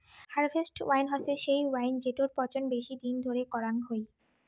harvest wine হসে সেই wine জেটোর পচন বেশি দিন ধরে করাং হই